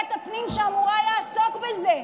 ועדת הפנים, שאמורה לעסוק בזה.